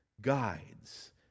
guides